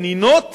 ונינות,